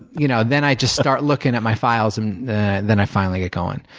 you know then i just start looking at my files and then i finally get going.